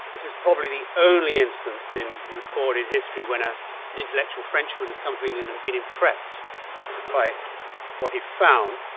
this is probably the only instance in recorded history when ah an an intellectual frenchman has come to england and been impressed by what he found.